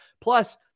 Plus